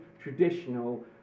traditional